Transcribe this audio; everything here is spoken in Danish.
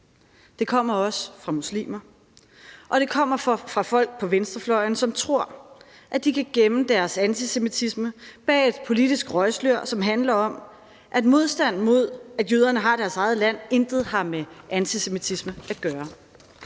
Det kommer også fra muslimer, og det kommer fra folk på venstrefløjen, som tror, at de kan gemme deres antisemitisme bag et politisk røgslør, som handler om, at modstand mod, at jøderne har deres eget land, intet har med antisemitisme at gøre.